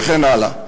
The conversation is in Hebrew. וכן הלאה.